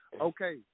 Okay